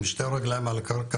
עם שתי רגליים על הקרקע,